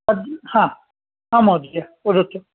हा आम् महोदय वदतु